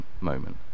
moment